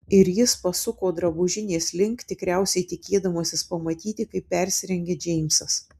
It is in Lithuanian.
ir jis pasuko drabužinės link tikriausiai tikėdamasis pamatyti kaip persirengia džeimsas